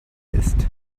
ist